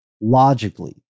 logically